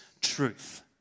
truth